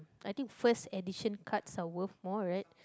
I think first edition cards are worth more right